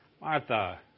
Martha